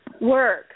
work